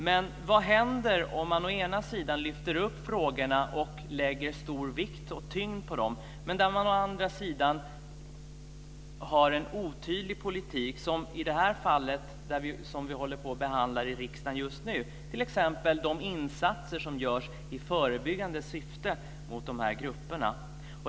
Men vad händer om man å ena sidan lyfter upp frågorna och lägger stor vikt vid dem och å andra sidan har en otydlig politik - som i det fall vi behandlar i riksdagen just nu, t.ex. de insatser som görs i förebyggande syfte för de här grupperna?